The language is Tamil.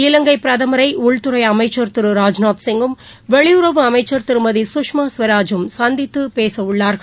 இலங்கைபிரதமரைஉள்துறைஅமைச்சர் திரு ராஜ்நாத் சிங்கும் வெளியுறவு அமைச்சர் திருமதி சுஷ்மாசுவராஜும் சந்தித்துபேசவுள்ளார்கள்